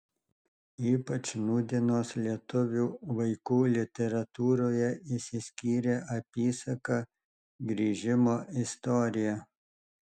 ypač nūdienos lietuvių vaikų literatūroje išsiskyrė apysaka grįžimo istorija